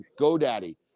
GoDaddy